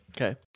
Okay